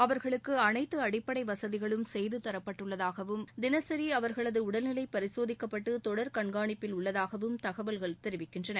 அவர்களுக்கு அடிப்படை வசதிகளும் செய்து தரப்பட்டுள்ளதாகவும் தினசரி அவர்களது உடல்நிலை பரிசோதிக்கப்பட்டு தொடர் கண்காணிப்பில் உள்ளதாகவும் தகவல்கள் தெரிவிக்கின்றன